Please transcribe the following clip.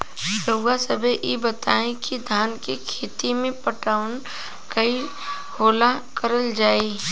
रउवा सभे इ बताईं की धान के खेती में पटवान कई हाली करल जाई?